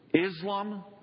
Islam